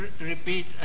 repeat